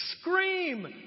scream